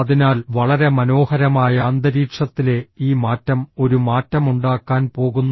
അതിനാൽ വളരെ മനോഹരമായ അന്തരീക്ഷത്തിലെ ഈ മാറ്റം ഒരു മാറ്റമുണ്ടാക്കാൻ പോകുന്നു